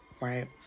Right